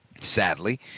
Sadly